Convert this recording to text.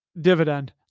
dividend